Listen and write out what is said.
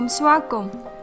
Welcome